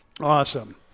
Awesome